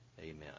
Amen